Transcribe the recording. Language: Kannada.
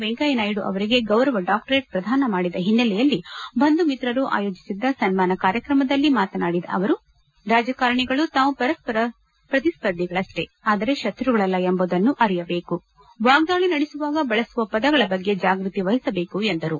ವೆಂಕಯ್ಯನಾಯ್ದು ಅವರಿಗೆ ಗೌರವ ಡಾಕ್ಸರೇಟ್ ಪ್ರದಾನ ಮಾಡಿದ ಹಿನ್ನೆಲೆಯಲ್ಲಿ ಬಂಧು ಮಿತ್ರರು ಆಯೋಜಿಸಿದ್ದ ಸನ್ಮಾನ ಕಾರ್ಯಕ್ರಮದಲ್ಲಿ ಮಾತನಾಡಿದ ಅವರು ರಾಜಕಾರಣಿಗಳು ತಾವು ಪರಸ್ಪರ ಪ್ರತಿಸ್ಪರ್ಧಿಗಳಷ್ಟೇ ಆದರೆ ಶತ್ರುಗಳಲ್ಲ ಎಂಬುದನ್ನು ಅರಿಯಬೇಕು ವಾಗ್ದಾಳಿ ನಡೆಸುವಾಗ ಬಳಸುವ ಪದಗಳ ಬಗ್ಗೆ ಜಾಗೃತಿ ವಹಿಸಬೇಕು ಎಂದರು